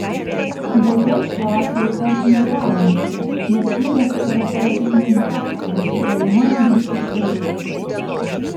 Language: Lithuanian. bet jos šiuo atveju įtarti negalima nes ligą sukelia parazitinė infekcija sukeliama musių cėcė